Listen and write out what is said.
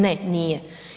Ne, nije.